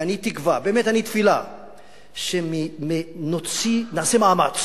ואני תקווה, באמת, אני תפילה שנעשה מאמץ